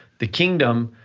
the kingdom